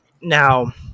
Now